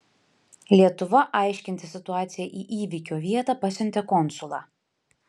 lietuva aiškintis situaciją į įvykio vietą pasiuntė konsulą